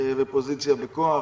פוזיציה וכוח,